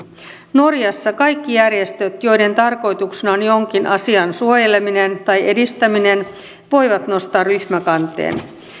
norjassa kaikki järjestöt joiden tarkoituksena on jonkin asian suojeleminen tai edistäminen voivat nostaa ryhmäkanteen